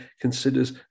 considers